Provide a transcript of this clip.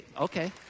Okay